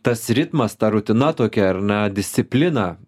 tas ritmas ta rutina tokia ar ne disciplina